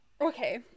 Okay